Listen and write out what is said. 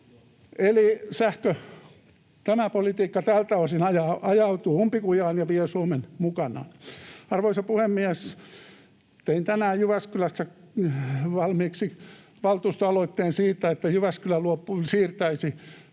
Sähköpolitiikka tältä osin ajautuu umpikujaan ja vie Suomen mukanaan. Arvoisa puhemies! Tein tänään Jyväskylässä valmiiksi valtuustoaloitteen siitä, että Jyväskylä siirtäisi